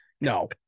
No